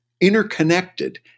interconnected